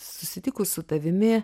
susitikus su tavimi